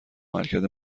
عملکرد